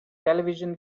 television